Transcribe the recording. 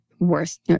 worse